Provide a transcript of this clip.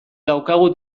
daukagu